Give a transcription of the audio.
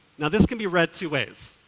and this can be read two ways.